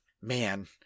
man